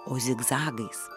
o zigzagais